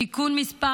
(תיקון מס'